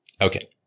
Okay